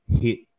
hit